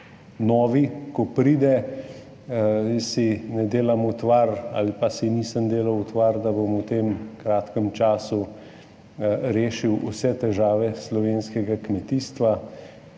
ko pride. Jaz si ne delam utvar ali pa si nisem delal utvar, da bom v tem kratkem času rešil vse težave slovenskega kmetijstva,